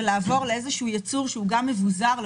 לעבוד לייצור שהוא גם מבוזר,